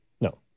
No